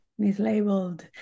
mislabeled